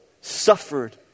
suffered